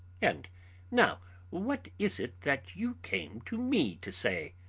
and now what is it that you came to me to say?